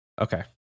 Okay